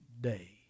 day